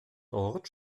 dort